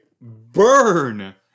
burn